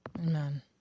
Amen